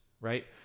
right